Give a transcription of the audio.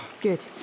Good